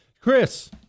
Chris